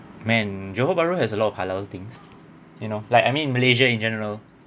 man johor bahru has a lot of halal things you know like I mean malaysia in general